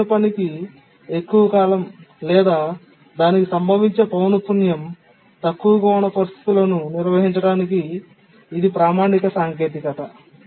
క్లిష్టమైన పనికి ఎక్కువ కాలం లేదా దాని సంభవించే పౌనపున్యం తక్కువగా ఉన్న పరిస్థితులను నిర్వహించడానికి ఇది ప్రామాణిక సాంకేతికత